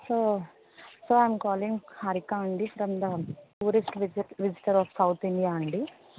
so so I am calling Harika అండీ from the tourist visitor of South India అండీ